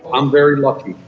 i'm very lucky.